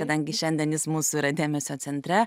kadangi šiandien jis mūsų yra dėmesio centre